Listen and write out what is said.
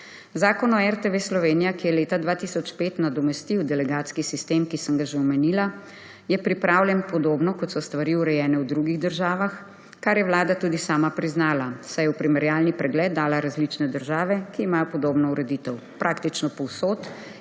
Zakon o RTV Slovenija, ki je leta 2005 nadomestil delegatski sistem, ki sem ga že omenila, je pripravljen podobno, kot so stvari urejene v drugih državah, kar je vlada tudi sama priznala, saj je v primerjalni pregled dala različne države, ki imajo podobno ureditev. Praktično povsod imenujejo